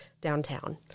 downtown